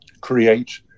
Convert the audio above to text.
create